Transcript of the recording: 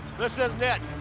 this isn't it.